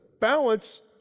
balance